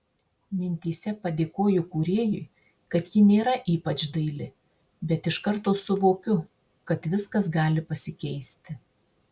mintyse padėkoju kūrėjui kad ji nėra ypač daili bet iš karto suvokiu kad viskas gali pasikeisti